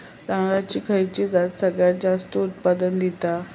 तांदळाची खयची जात सगळयात जास्त उत्पन्न दिता?